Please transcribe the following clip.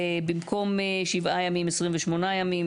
במקום "7 ימים" יבוא "28 ימים".